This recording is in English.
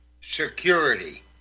security